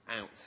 out